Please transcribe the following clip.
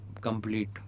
complete